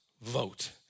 vote